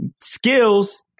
Skills